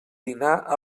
dinar